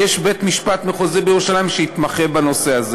בית-המשפט המחוזי בירושלים התמחה בחוק הזה.